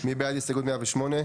מי בעד הסתייגות 108?